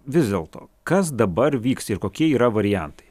vis dėlto kas dabar vyks ir kokie yra variantai